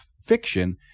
fiction